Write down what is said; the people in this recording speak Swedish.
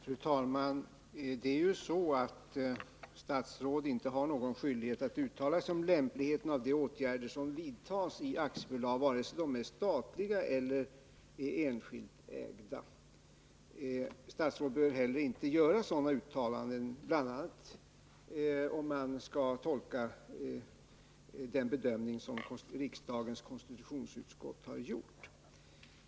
Fru talman! Det är ju så att statsråd inte har någon skyldighet att uttala sig om lämpligheten av åtgärder som vidtas av aktiebolag, vare sig dessa är statliga eller enskilt ägda. Statsråd bör heller inte göra sådana uttalanden, bl.a. om man skall följa den bedömning som riksdagens konstitutionsutskott har gjort.